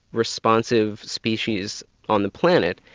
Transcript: responsive species on the planet,